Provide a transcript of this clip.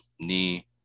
knee